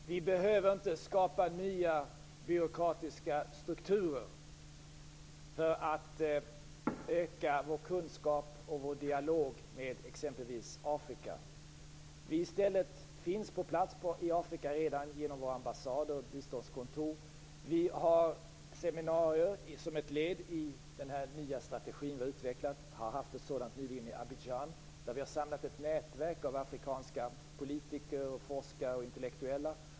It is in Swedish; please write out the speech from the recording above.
Fru talman! Vi behöver inte skapa nya byråkratiska strukturer för att öka vår kunskap och vår dialog med exempelvis Afrika. Vi finns redan på plats i Afrika genom våra ambassader och biståndskontor. Vi har seminarier som ett led i den nya strategi vi har utvecklat. Vi har nyligen haft ett sådant med Abidjan, där vi har samlat ett nätverk av afrikanska politiker, forskare och intellektuella.